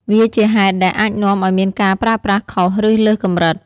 វាជាហេតុ ដែលអាចនាំឱ្យមានការប្រើប្រាស់ខុស ឬលើសកម្រិត។